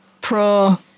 pro